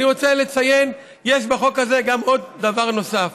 אני רוצה לציין שיש בחוק הזה דבר נוסף.